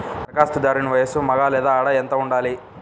ధరఖాస్తుదారుని వయస్సు మగ లేదా ఆడ ఎంత ఉండాలి?